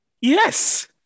Yes